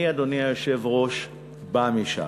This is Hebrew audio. אני, אדוני היושב-ראש, בא משם.